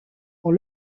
pour